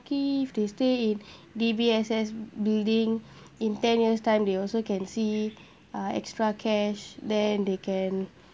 lucky they stay in D_B_S_S building in ten years' time they also can see uh extra cash then they can